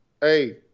Hey